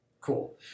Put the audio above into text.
Cool